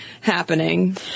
happening